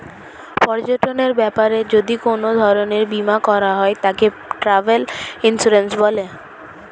পর্যটনের ব্যাপারে যদি কোন ধরণের বীমা করা হয় তাকে ট্র্যাভেল ইন্সুরেন্স বলে